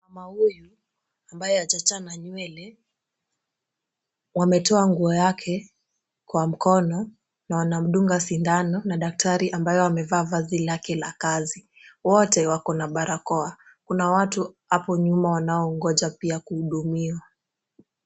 Mama huyu ambaye hajachana nywele, wametoa nguo yake kwa mkono, na wanamdunga sindano na daktari ambaye amevaa vazi lake la kazi. Wote wako na barakoa. Kuna watu hapo nyuma wanao ongoja pia kuhudumiwa.